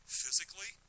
physically